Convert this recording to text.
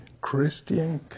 Christian